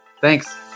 Thanks